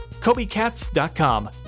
KobeCats.com